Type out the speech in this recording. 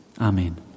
Amen